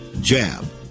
jab